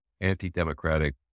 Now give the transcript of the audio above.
anti-democratic